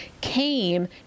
came